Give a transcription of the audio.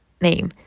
name